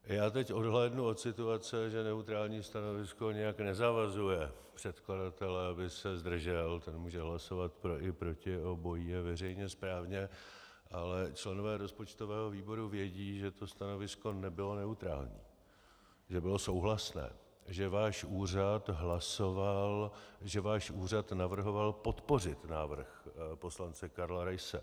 Já teď odhlédnu od situace, že neutrální stanovisko nijak nezavazuje předkladatele, aby se zdržel, ten může hlasovat pro i proti, obojí je veřejně správně, ale členové rozpočtového výboru vědí, že to stanovisko nebylo neutrální, že bylo souhlasné, že váš úřad navrhoval podpořit návrh poslance Karla Raise.